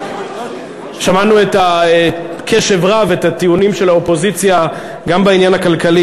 שמענו בקשב רב את הטיעונים של האופוזיציה גם בעניין הכלכלי,